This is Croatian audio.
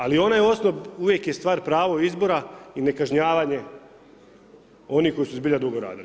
Ali onaj osnov uvijek je stvar pravog izbora i nekažnjavanje onih koji su zbilja dugo radili.